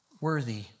worthy